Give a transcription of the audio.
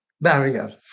barrier